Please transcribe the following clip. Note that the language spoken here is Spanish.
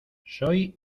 soy